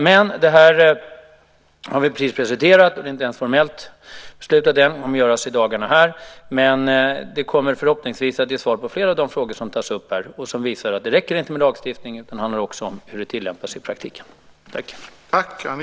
Men det här har vi precis presenterat, och det är inte ens formellt beslutat än - det ska göras i dagarna här - men det kommer förhoppningsvis att ge svar på flera av de frågor som tas upp här och som visar att det inte räcker med lagstiftning utan att det också handlar om hur det tillämpas i praktiken.